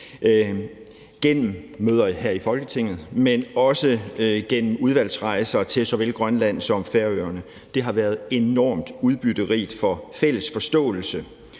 gennem møder her i Folketinget, men også gennem udvalgsrejser til såvel Grønland som Færøerne. Det har været enormt udbytterigt for den fælles forståelse,